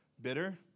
bitter